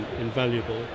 invaluable